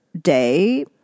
day